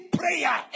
prayer